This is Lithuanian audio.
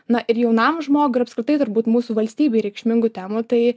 na ir jaunam žmogui ir apskritai turbūt mūsų valstybei reikšmingų temų tai